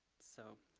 so,